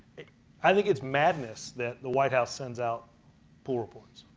i think it's madness that the white house sends out pool reports.